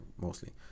mostly